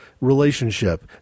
relationship